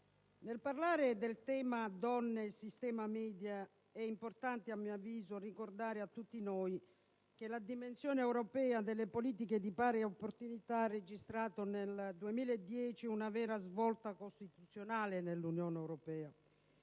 nel parlare del tema donne e sistema dei *media* è importante a mio avviso ricordare a tutti noi che la dimensione europea delle politiche di pari opportunità ha registrato nel 2010 una vera svolta costituzionale nell'Unione europea.